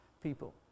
people